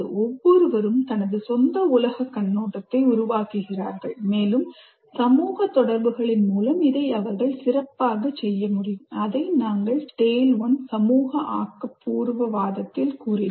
ஒவ்வொருவரும் தனது சொந்த உலகக் கண்ணோட்டத்தை உருவாக்குகிறார்கள் மேலும் சமூக தொடர்புகளின் மூலம் இதை அவர்கள் சிறப்பாகச் செய்ய முடியும் அதை நாங்கள் TALE1 சமூக ஆக்கபூர்வவாதத்தில் கூறினோம்